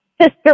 sister